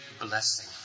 blessing